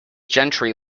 gentry